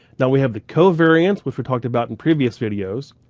now we have the covariance which we've talked about in previous videos.